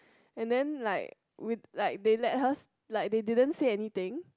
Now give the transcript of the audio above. and then like we like they let hers like they didn't say anything